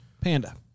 Panda